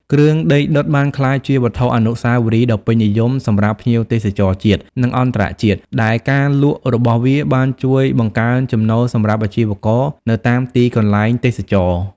គ្រឿងដីដុតបានក្លាយជាវត្ថុអនុស្សាវរីយ៍ដ៏ពេញនិយមសម្រាប់ភ្ញៀវទេសចរណ៍ជាតិ និងអន្តរជាតិ ដែលការលក់របស់វាបានជួយបង្កើនចំណូលសម្រាប់អាជីវករនៅតាមទីកន្លែងទេសចរណ៍។